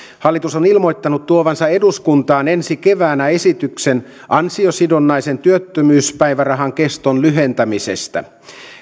hallitus on ilmoittanut tuovansa eduskuntaan ensi keväänä esityksen ansiosidonnaisen työttömyyspäivärahan keston lyhentämisestä